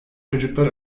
çocuklar